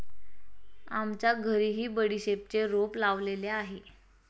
आमच्या घरीही बडीशेपचे रोप लावलेले आहे